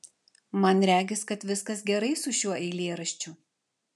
man regis kad viskas gerai su šiuo eilėraščiu